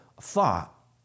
thought